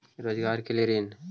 रोजगार के लिए ऋण?